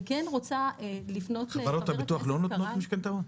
אני כן רוצה לפנות --- חברות הביטוח לא נותנות משכנתאות?